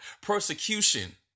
persecution